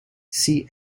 see